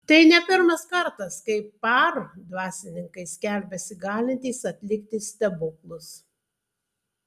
tai ne pirmas kartas kai par dvasininkai skelbiasi galintys atlikti stebuklus